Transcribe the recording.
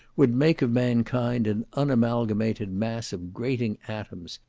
would make of mankind an unamalgamated mass of grating atoms,